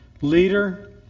leader